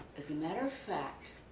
as a matter of fact